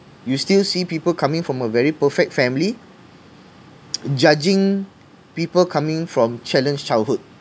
you still see people coming from a very perfect family judging people coming from challenged childhood